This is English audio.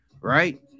Right